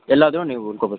ಎಲ್ಲಾದರೂ ನೀವು ಉಳ್ಕೊಬೋದು